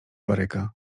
baryka